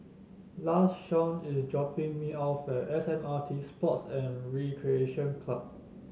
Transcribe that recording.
Lashawn is dropping me off at S M R T Sports and Recreation Club